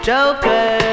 Joker